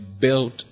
built